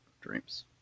dreams